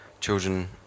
children